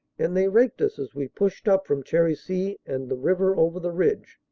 and they raked us as we pushed up from cherisy and the river over the ridge.